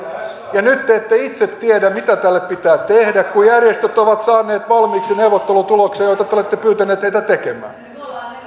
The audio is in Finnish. ja nyt te te ette itse tiedä mitä tälle pitää tehdä kun järjestöt ovat saaneet valmiiksi neuvottelutuloksen jota te olette pyytäneet heitä tekemään